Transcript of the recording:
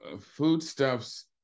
foodstuffs